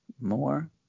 more